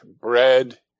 bread